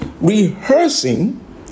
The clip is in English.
rehearsing